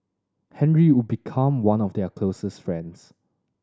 Henry would become one of their closest friends